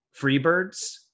Freebirds